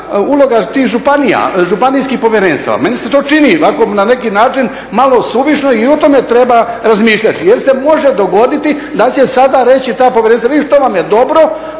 županija, županijskih povjerenstava. Meni se to čini ovako na neki način malo suvišno i o tome treba razmišljati. Jer se može dogoditi da će sada reći ta povjerenstva vidite to vam je dobro,